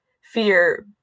fear